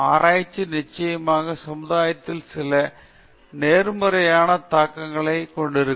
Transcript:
ஆராய்ச்சி நிச்சயமாக சமுதாயத்தில் சில நேர்மறையான தாக்கங்களைக் கொண்டிருக்கும்